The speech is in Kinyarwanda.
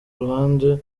ruhande